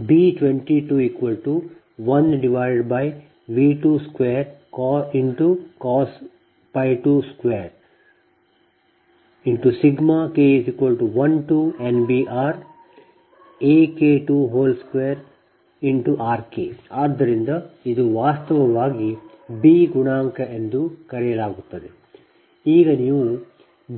ಈಗ ನೀವು